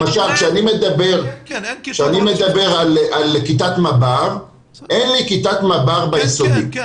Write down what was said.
למשל כשאני מדבר על כיתת מב"ר אין לי כיתת מב"ר ביסודי.